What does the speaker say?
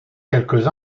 quelques